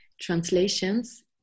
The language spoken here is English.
translations